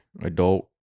adult